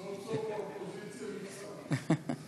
סוף-סוף האופוזיציה ניצחה.